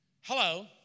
Hello